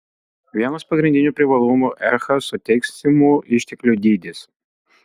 vienas pagrindinių privalumų echa suteiksimų išteklių dydis